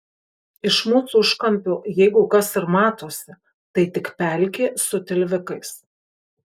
iš mūsų užkampio jeigu kas ir matosi tai tik pelkė su tilvikais